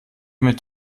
mit